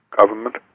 government